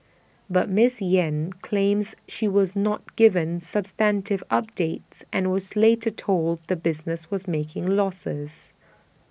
but miss Yen claims she was not given substantive updates and was later told the business was making losses